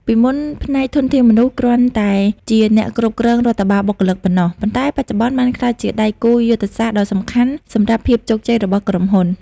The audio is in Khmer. ពីមុន ផ្នែកធនធានមនុស្សគ្រាន់តែជាអ្នកគ្រប់គ្រងរដ្ឋបាលបុគ្គលិកប៉ុណ្ណោះ ប៉ុន្តែបច្ចុប្បន្នបានក្លាយជាដៃគូយុទ្ធសាស្ត្រដ៏សំខាន់សម្រាប់ភាពជោគជ័យរបស់ក្រុមហ៊ុន។